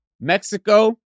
Mexico